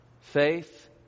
Faith